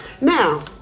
Now